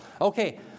Okay